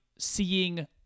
seeing